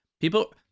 people